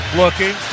looking